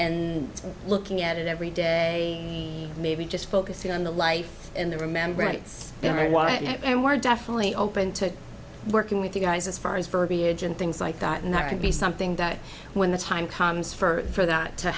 and looking at it every day maybe just focusing on the life and the remember rights and we're definitely open to working with you guys as far as verbiage and things like that and that could be something that when the time comes for that to